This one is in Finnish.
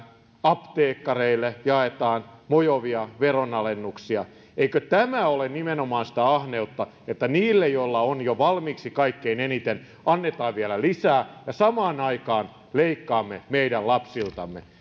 apteekkareille jaetaan mojovia veronalennuksia eikö tämä ole nimenomaan sitä ahneutta että niille joilla on jo valmiiksi kaikkein eniten annetaan vielä lisää ja samaan aikaan leikkaamme meidän lapsiltamme